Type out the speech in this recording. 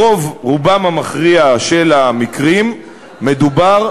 ברוב-רובם המכריע של המקרים מדובר,